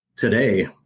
today